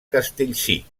castellcir